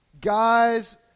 Guys